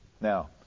Now